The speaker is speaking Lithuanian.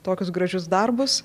tokius gražius darbus